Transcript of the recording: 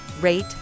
rate